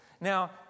Now